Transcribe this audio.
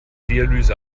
dialyse